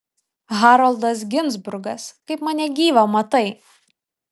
haroldas ginzburgas kaip mane gyvą matai